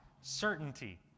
certainty